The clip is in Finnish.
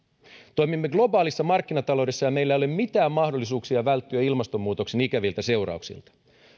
toimimme globaalissa markkinataloudessa ja meillä ei ole mitään mahdollisuuksia välttyä ilmastonmuutoksen ikäviltä seurauksilta